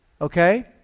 okay